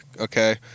okay